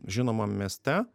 žinoma mieste